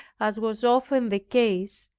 as was often the case,